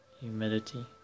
humidity